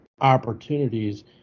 opportunities